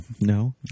No